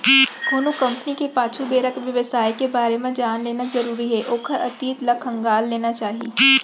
कोनो कंपनी के पाछू बेरा के बेवसाय के बारे म जान लेना जरुरी हे ओखर अतीत ल खंगाल लेना चाही